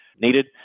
needed